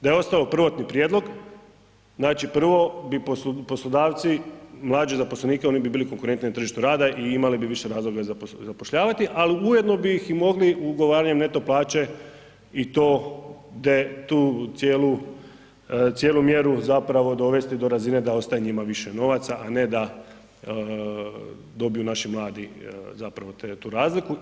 Da je ostao prvotni prijedlog, prvo bi poslodavci mlađe zaposlenike oni bi bili konkurentni na tržištu rada i imali bi više razloga zapošljavati, ali ujedno bi ih mogli ugovaranjem neto plaće i tu cijelu mjeru dovesti do razine da ostane njima više novaca, a ne da dobiju naši mladi tu razliku.